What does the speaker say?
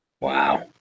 Wow